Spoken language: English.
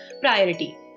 priority